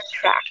track